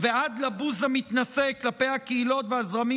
ועד לבוז המתנשא כלפי הקהילות והזרמים